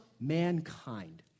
mankind